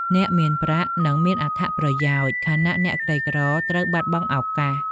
អ្នកមានប្រាក់នឹងមានអត្ថប្រយោជន៍ ខណៈអ្នកក្រីក្រត្រូវបាត់បង់ឱកាស។